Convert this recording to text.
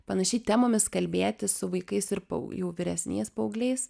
panašiai temomis kalbėtis su vaikais ir pou jau vyresniais paaugliais